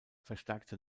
verstärkte